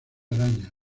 arañas